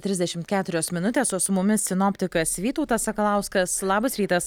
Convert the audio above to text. trisdešimt keturios minutės o su mumis sinoptikas vytautas sakalauskas labas rytas